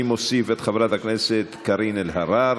אני מוסיף את חברת הכנסת קארין אלהרר,